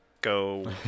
go